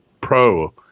pro